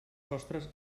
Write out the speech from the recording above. sostres